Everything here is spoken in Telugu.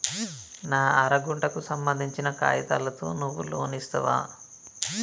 నా అర గంటకు సంబందించిన కాగితాలతో నువ్వు లోన్ ఇస్తవా?